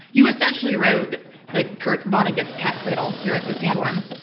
you essentially wrote like kurt vonnegut's cat cradle here with sandworm.